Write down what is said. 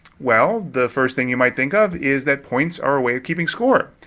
well, the first thing you might think of is that points are a way of keeping score.